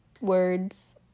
words